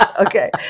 Okay